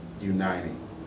uniting